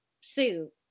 suit